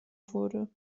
wurde